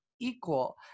equal